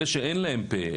אלה שאין להם פה,